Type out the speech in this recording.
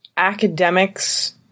academics